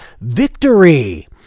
victory